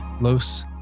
Los